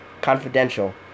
Confidential